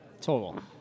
total